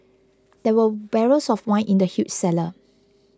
there were barrels of wine in the huge cellar